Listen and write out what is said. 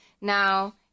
Now